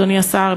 אדוני השר,